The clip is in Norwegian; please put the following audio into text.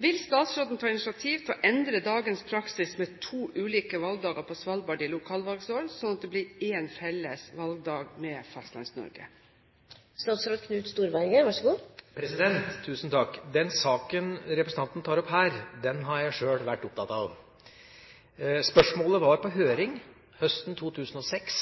Vil statsråden ta initiativ til å endre dagens praksis med to ulike valgdager på Svalbard i lokalvalgår, slik at det blir én felles valgdag med Fastlands-Norge?» Den saken representanten tar opp her, har jeg sjøl vært opptatt av. Spørsmålet var på høring høsten 2006